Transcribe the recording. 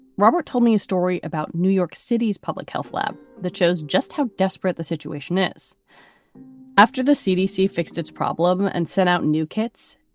robert told me a story about new york city's public health lab that shows just how desperate the situation is after the cdc fixed its problem and sent out new kits.